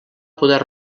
poder